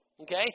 Okay